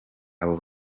abo